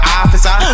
officer